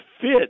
fit